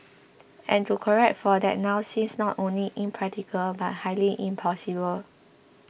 and to correct for that now seems not only impractical but highly impossible